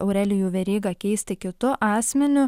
aurelijų verygą keisti kitu asmeniu